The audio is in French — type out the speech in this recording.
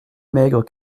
maigre